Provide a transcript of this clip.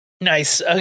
Nice